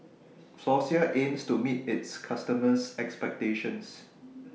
Floxia aims to meet its customers' expectations